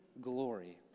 glory